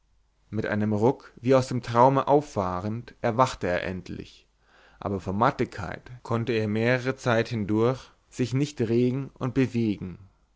mit einem ruck wie aus dem traume auffahrend erwachte er endlich aber vor mattigkeit konnte er mehrere zeit hindurch sich nicht regen und bewegen